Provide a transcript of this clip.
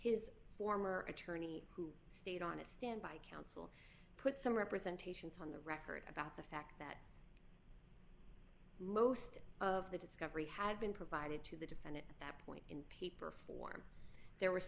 his former attorney who stayed on it stand by counsel put some representation on the record about the fact that most of the discovery had been provided to the defendant that point in paper form there were